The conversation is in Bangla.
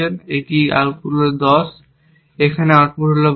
এখানে আউটপুট হল 10 এখানে আউটপুট হল 12